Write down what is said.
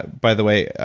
by the way,